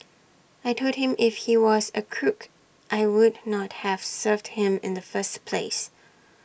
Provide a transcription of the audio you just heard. I Told him if he was A crook I would not have served him in the first place